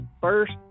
first